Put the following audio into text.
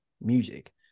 music